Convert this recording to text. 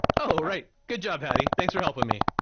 oh, right. good job, hattie. thanks for helping me.